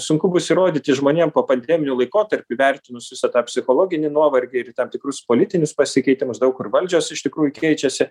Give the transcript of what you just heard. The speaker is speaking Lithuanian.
sunku bus įrodyti žmonėm popandeminiu laikotarpiu įvertinus visą tą psichologinį nuovargį ir tam tikrus politinius pasikeitimus daug kur valdžios iš tikrųjų keičiasi